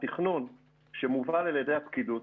התכנון שמובל על ידי הפקידות